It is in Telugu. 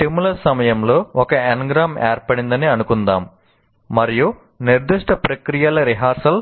స్టిములస్ ఏర్పడిందని అనుకుందాం మరియు నిర్దిష్ట ప్రక్రియల రిహార్సల్